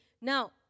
Now